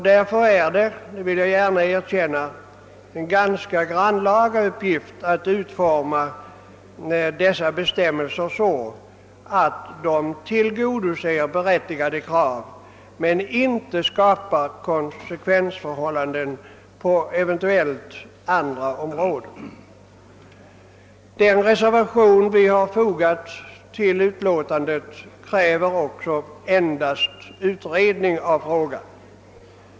Det är med andra ord en ganska grannlaga uppgift att utforma bestämmelserna så att berättigade krav tillgodoses utan att eventuella konsekvenser för andra områden uppstår. I den reservation som vi har fogat till utlåtandet kräves också endast en utredning av frågan om inlösen av fiskredskap.